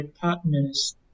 partner's